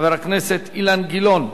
חבר הכנסת אילן גילאון.